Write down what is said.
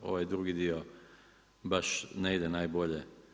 Ovaj drugi dio baš ne ide najbolje.